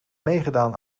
meegedaan